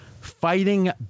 fighting